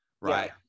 right